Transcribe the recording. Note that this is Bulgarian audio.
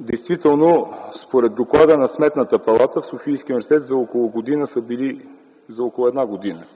Действително, според доклада на Сметната палата, в Софийския университет за около една година са били извършени над